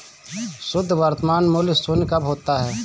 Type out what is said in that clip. शुद्ध वर्तमान मूल्य शून्य कब होता है?